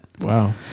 Wow